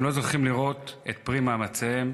הם לא זוכים לראות פרי למאמציהם.